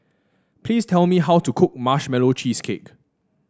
please tell me how to cook Marshmallow Cheesecake